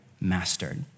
mastered